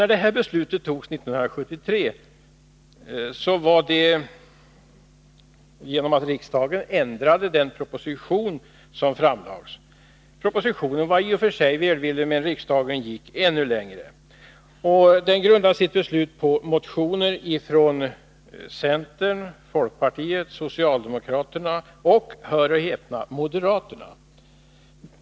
När nämnda beslut togs 1973 gick riksdagen längre än förslaget i propositionen, som i och för sig var välvilligt. Riksdagen grundade sitt beslut på motioner från centern, folkpartiet, socialdemokraterna och — hör och häpna — moderaterna.